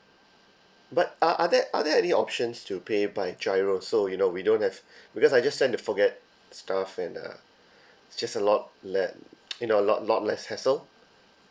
but are are there are there any options to pay by giro so you know we don't have because I just tend to forget stuff and uh it's just a lot le~ you know a lot lot less hassle